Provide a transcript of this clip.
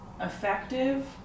effective